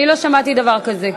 אני לא שמעתי דבר כזה.